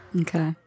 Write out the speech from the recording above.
okay